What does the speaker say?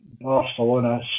Barcelona